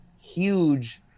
huge